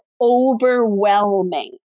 overwhelming